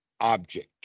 object